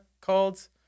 called